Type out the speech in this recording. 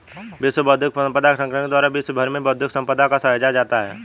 विश्व बौद्धिक संपदा संगठन के द्वारा विश्व भर में बौद्धिक सम्पदा को सहेजा जाता है